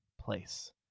place